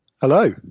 Hello